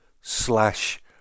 slash